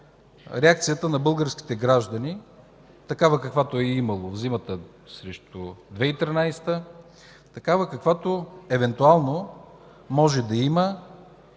реакцията на българските граждани, такава, каквато е имало зимата срещу 2013 г., каквато евентуално може да има